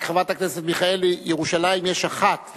רק, חברת הכנסת מיכאלי, ירושלים יש אחת.